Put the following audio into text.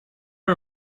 are